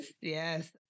yes